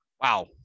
wow